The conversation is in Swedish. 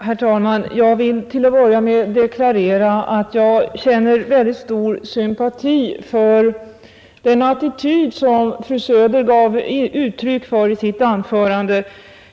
Herr talman! Jag vill till att börja med deklarera att jag känner väldigt stor sympati för den attityd som fru Söder gav uttryck för i sitt anförande.